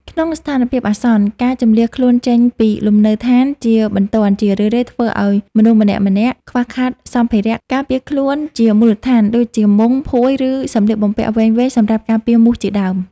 ក្នុងស្ថានភាពអាសន្ន ការជម្លៀសខ្លួនចេញពីលំនៅដ្ឋានជាបន្ទាន់ជារឿយៗធ្វើឱ្យមនុស្សម្នាក់ៗខ្វះខាតសម្ភារៈការពារខ្លួនជាមូលដ្ឋាន ដូចជាមុង ភួយ ឬសម្លៀកបំពាក់វែងៗសម្រាប់ការពារមូសជាដើម។